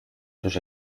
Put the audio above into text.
sus